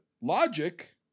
logic